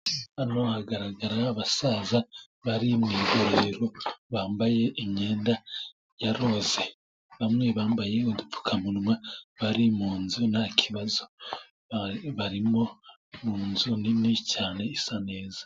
Hano hagaragara abasaza bari mu igororero, bambaye imyenda ya roze, bamwe bambaye udupfukamunwa, bari mu nzu nta kibazo, barimo mu nzu nini cyane isa neza.